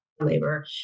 Labor